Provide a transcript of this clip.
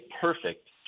perfect